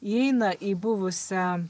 įeina į buvusią